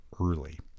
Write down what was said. early